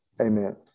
amen